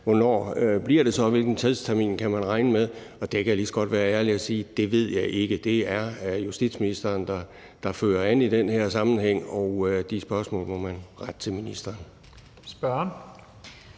hvornår det bliver, hvilken tidstermin man kan regne med. Jeg kan lige så godt være ærlig og sige, at det ved jeg ikke. Det er justitsministeren, der fører an i den her sammenhæng, og de spørgsmål må man rette til ministeren.